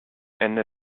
ende